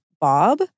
Bob